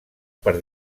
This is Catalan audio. per